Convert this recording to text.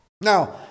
Now